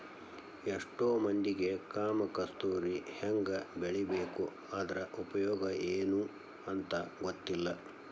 ಎಷ್ಟೋ ಮಂದಿಗೆ ಕಾಮ ಕಸ್ತೂರಿ ಹೆಂಗ ಬೆಳಿಬೇಕು ಅದ್ರ ಉಪಯೋಗ ಎನೂ ಅಂತಾ ಗೊತ್ತಿಲ್ಲ